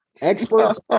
Experts